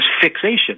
fixation